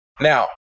Now